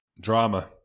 Drama